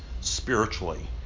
spiritually